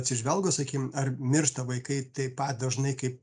atsižvelgus sakykim ar miršta vaikai taip pat dažnai kaip